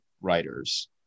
writers